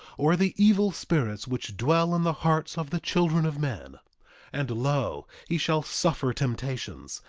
or the evil spirits which dwell in the hearts of the children of men and lo, he shall suffer temptations,